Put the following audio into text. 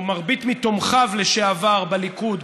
או מרבית מתומכיו לשעבר בליכוד,